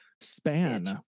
span